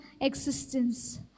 existence